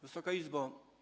Wysoka Izbo!